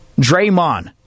Draymond